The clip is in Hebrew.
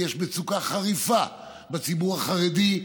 יש מצוקה חריפה בציבור החרדי,